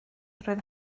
roedd